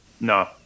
No